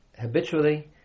habitually